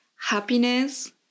happiness